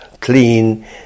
clean